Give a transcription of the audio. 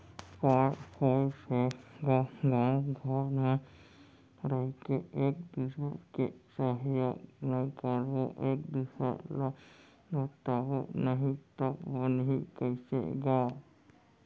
काय होइस हे गा गाँव घर म रहिके एक दूसर के सहयोग नइ करबो एक दूसर ल बताबो नही तव बनही कइसे गा